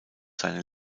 seine